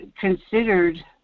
considered